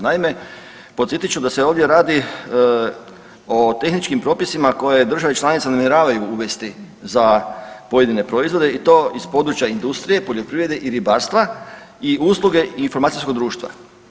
Naime, podsjetit ću da se ovdje radi o tehničkim propisima koje države članice namjeravaju uvesti za pojedine proizvode i to iz područja industrije, poljoprivrede i ribarstva i usluge informacijskog društva.